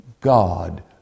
God